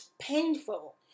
painful